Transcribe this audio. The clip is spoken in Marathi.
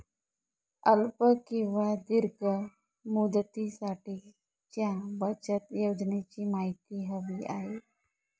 अल्प किंवा दीर्घ मुदतीसाठीच्या बचत योजनेची माहिती हवी आहे